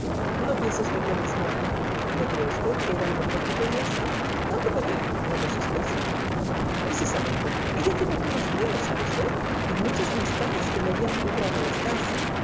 no piensa usted lo mismo ana no cree usted que era lo mejor que podía hacer tanto por él como por su esposa precisamente ella tiene aquí unos primos sabe usted y muchas amistades que le harían muy grata la estancia